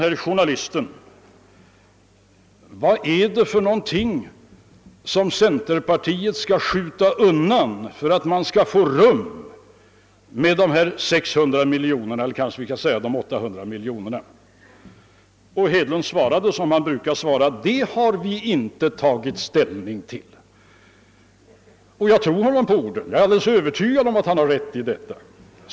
Journalisten frågade: Vad är det för någonting som centerpartiet skall skjuta undan för att få rum med dessa 600 eller 800 miljoner kronor? Herr Hedlund svara de som han brukar: Det har vi inte tagit ställning till. Jag tror honom på hans ord, jag är övertygad om att han har rätt häri.